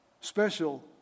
Special